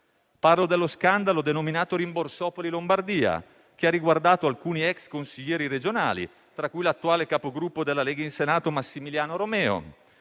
Parlo dello scandalo denominato rimborsopoli Lombardia, che ha riguardato alcuni ex consiglieri regionali, tra cui l'attuale capogruppo della Lega in Senato Massimiliano Romeo;